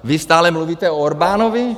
Vy stále mluvíte o Orbánovi.